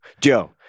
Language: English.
Joe